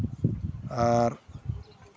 ᱟᱨ